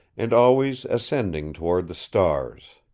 and always ascending toward the stars.